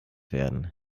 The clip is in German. werden